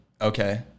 Okay